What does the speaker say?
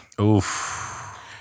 Oof